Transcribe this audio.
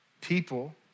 People